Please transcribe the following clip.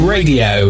Radio